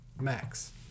max